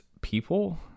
people